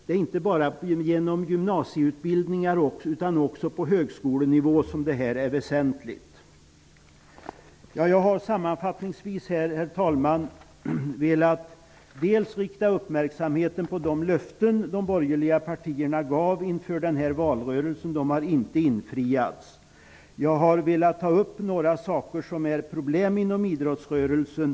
Det här är inte bara väsentligt för gymnasieskolan utan även på högskolenivå. Herr talman! Sammanfattningsvis har jag velat rikta uppmärksamheten på de löften som de borgerliga partierna gav inför denna valrörelse. De har inte infriats. Jag har också velat ta upp några problem inom idrottsrörelsen.